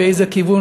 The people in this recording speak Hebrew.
באיזה כיוון,